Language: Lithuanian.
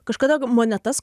kažkada monetas